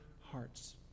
hearts